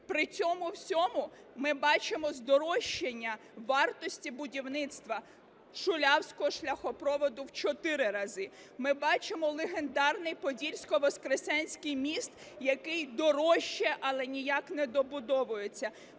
При цьому всьому ми бачимо здорожчання вартості будівництва шулявського шляхопроводу в 4 рази, ми бачимо легендарний Подільсько-Воскресенський міст, який дорожчає, але ніяк не добудовується.